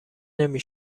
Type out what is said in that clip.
نمی